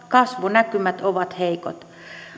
kasvunäkymät ovat heikot